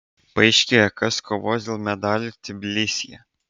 paaiškėjo kas kovos dėl medalių tbilisyje